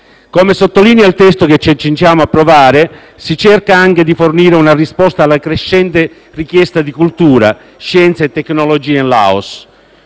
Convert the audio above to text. Come sottolinea il testo che ci accingiamo ad approvare, si cerca anche di fornire una risposta alla crescente richiesta di cultura, scienza e tecnologia in Laos: